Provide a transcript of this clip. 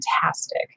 fantastic